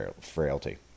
frailty